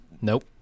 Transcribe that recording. Nope